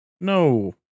No